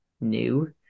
new